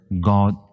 God